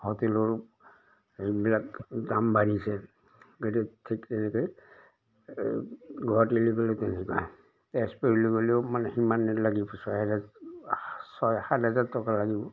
হোটেলৰ এইবিলাক দাম বাঢ়িছে গতিকে ঠিক তেনেকে ঘৰত তেজপুৰলৈ গ'লেও মানে সিমানেই লাগিব ছয় হেজাৰ ছয় সাত হাজাৰ টকা লাগিব